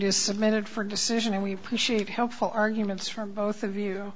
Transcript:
just submitted for decision and we appreciate helpful arguments from both of you